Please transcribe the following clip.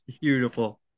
Beautiful